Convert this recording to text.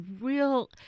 real